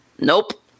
nope